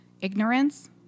ignorance